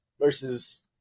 Versus